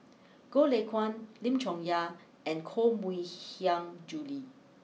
Goh Lay Kuan Lim Chong Yah and Koh Mui Hiang Julie